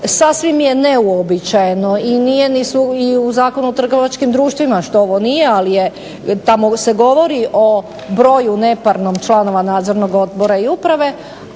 sasvim je neuobičajeno i nije u Zakonu o trgovačkim društvima što ovo nije ali tamo se govori o broju neparnom članova nadzornog odbora i uprave,